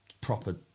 proper